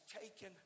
taken